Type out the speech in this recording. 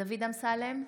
דוד אמסלם,